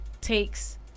takes